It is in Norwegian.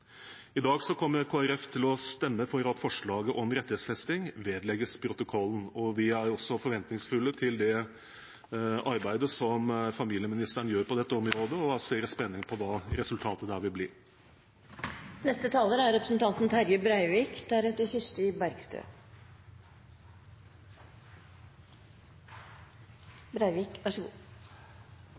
I dag kommer Kristelig Folkeparti til å stemme for at forslaget om rettighetsfesting vedlegges protokollen. Vi er også forventningsfulle til det arbeidet som barne- og familieministeren gjør på dette området, og vi ser med spenning fram til hva resultatet der vil bli. Alle i salen er